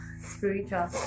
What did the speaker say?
spiritual